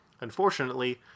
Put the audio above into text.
Unfortunately